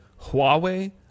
huawei